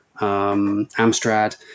Amstrad